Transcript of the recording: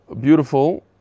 beautiful